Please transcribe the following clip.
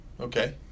Okay